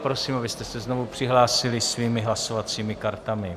Prosím, abyste se znovu přihlásili svými hlasovacími kartami.